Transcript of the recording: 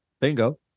Bingo